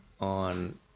on